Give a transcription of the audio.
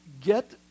get